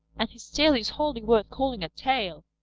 and his tail is hardly worth calling a tail.